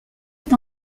est